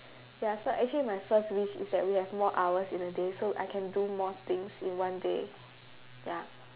ya so actually my first wish is that we have more hours in a day so I can do more things in one day ya